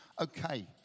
Okay